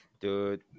Dude